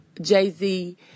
Jay-Z